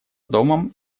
домом